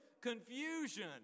confusion